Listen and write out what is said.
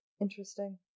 interesting